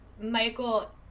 Michael